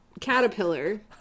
caterpillar